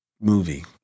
movie